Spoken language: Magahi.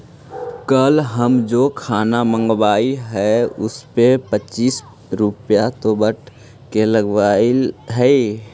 कल हम जे खाना मँगवइली हल उसपे पच्चीस रुपए तो वैट के लगलइ हल